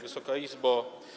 Wysoka Izbo!